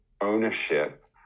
ownership